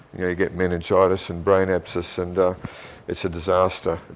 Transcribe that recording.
you know you get meningitis and brain abscess and it's a disaster.